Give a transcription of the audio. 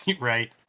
Right